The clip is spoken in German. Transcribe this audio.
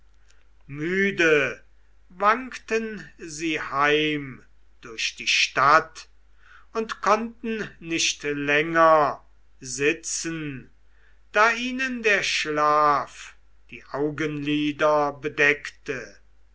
müde wankten sie heim durch die stadt und konnten nicht länger sitzen da ihnen der schlaf die augenlider bedeckte